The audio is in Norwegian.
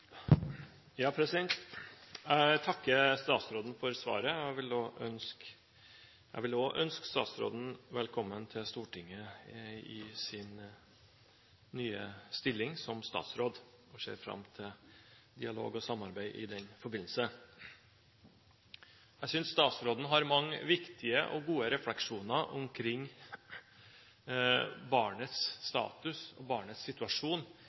Jeg takker statsråden for svaret. Jeg vil også ønske statsråden velkommen til Stortinget i sin nye stilling som statsråd og ser fram til dialog og samarbeid i den forbindelse. Jeg synes statsråden har mange viktige og gode refleksjoner omkring barnets status og situasjon